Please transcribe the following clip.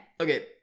Okay